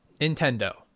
Nintendo